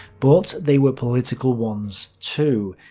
but they were political ones too.